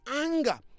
anger